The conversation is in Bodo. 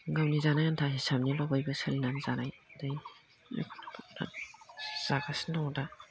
गावनि जानो आन्था हिसाबनि बयबो सोलिनानै जानाय जागासिनो दं दा